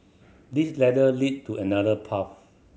this ladder lead to another path